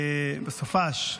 בסופ"ש,